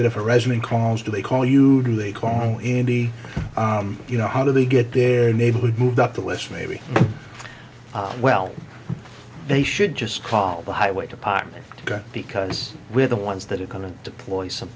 that if a resident calls do they call you or they call indy you know how do they get their neighborhood moved up the list maybe well they should just call the highway department because we're the ones that are going to deploy some